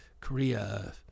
Korea